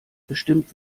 bestimmt